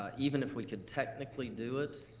ah even if we could technically do it,